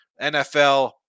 NFL